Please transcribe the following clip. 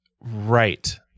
right